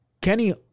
Kenny